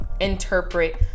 interpret